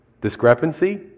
Discrepancy